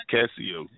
Casio